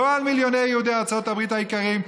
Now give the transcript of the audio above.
לא על מיליוני יהודי ארצות הברית היקרים,